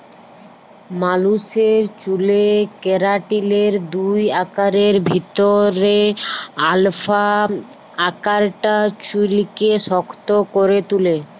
মালুসের চ্যুলে কেরাটিলের দুই আকারের ভিতরে আলফা আকারটা চুইলকে শক্ত ক্যরে তুলে